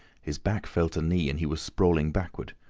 his back felt a knee, and he was sprawling backward.